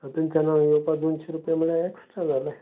आ थंचान हांगा येवपा दोनशी रुपया म्हळ्या एक्स्ट्रा जाले